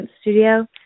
studio